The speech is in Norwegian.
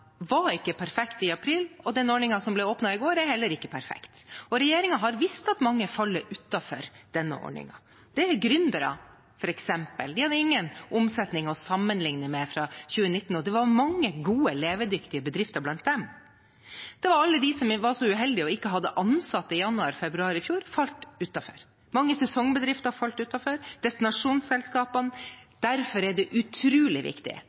var ikke perfekt i april, og den ordningen som ble åpnet i går, er heller ikke perfekt. Regjeringen har visst at mange faller utenfor denne ordningen. Det er gründere, f.eks., de hadde ingen omsetning å sammenligne med fra 2019, og det var mange gode, levedyktige bedrifter blant dem. Alle de som var så uheldige og ikke hadde ansatte i januar/februar i fjor, falt utenfor. Mange sesongbedrifter falt utenfor, f.eks. destinasjonsselskapene. Derfor er det utrolig viktig